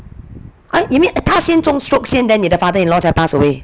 ah you mean 他先中 stroke 先 then 你的 father-in-law 才 pass away